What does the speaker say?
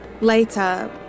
later